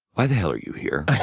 why the hell are you here?